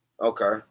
Okay